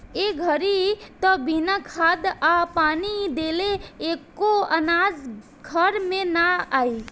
ए घड़ी त बिना खाद आ पानी देले एको अनाज घर में ना आई